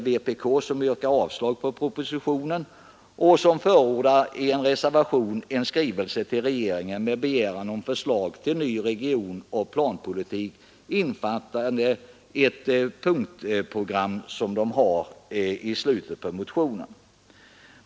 Vpk yrkar avslag på propositionen och förordar i en reservation en skrivelse till regeringen med begäran om förslag till ny regionoch planpolitik innefattande ett punktprogram som de presenterar i slutet av motionen 1819.